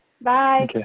bye